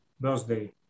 birthday